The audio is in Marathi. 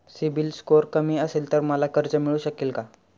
सिबिल स्कोअर कमी असेल तर मला कर्ज मिळू शकेल का?